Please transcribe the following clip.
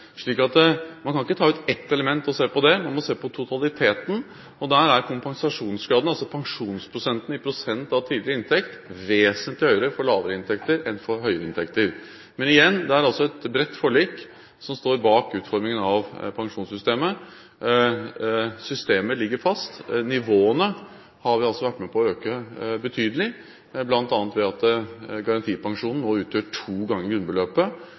Man kan ikke ta ut ett element og se på det, man må se på totaliteten, og der er kompensasjonsgraden, altså pensjonsprosenten i prosent av tidligere inntekt, vesentlig høyere for lavere inntekter enn for høyere inntekter. Men igjen: Det er altså et bredt forlik som står bak utformingen av pensjonssystemet. Systemet ligger fast. Nivåene har vi altså vært med på å øke betydelig, bl.a. ved at garantipensjonen nå utgjør to ganger grunnbeløpet,